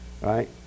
right